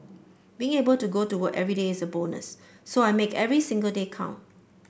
being able to go to work everyday is a bonus so I make every single day count